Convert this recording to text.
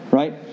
right